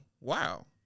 wow